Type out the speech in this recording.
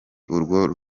urwo